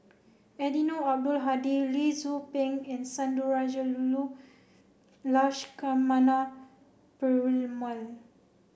Eddino Abdul Hadi Lee Tzu Pheng and Sundarajulu Lakshmana Perumal